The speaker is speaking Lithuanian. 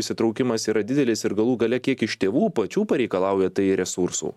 įsitraukimas yra didelis ir galų gale kiek iš tėvų pačių pareikalauja tai resursų